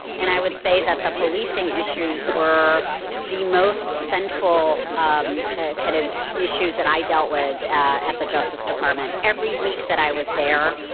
and i would say that the policing issues were the most central um ah kind of issues that i dealt with at the justice department every week that i was there.